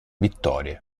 vittorie